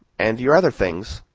and your other things.